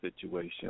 situation